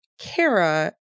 Kara